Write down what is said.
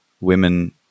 women